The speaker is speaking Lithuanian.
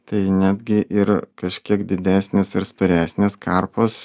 tai netgi ir kažkiek didesnės ir storesnės karpos